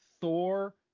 Thor